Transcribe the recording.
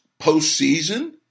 postseason